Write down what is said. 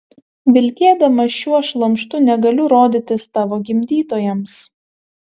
vilkėdama šiuo šlamštu negaliu rodytis tavo gimdytojams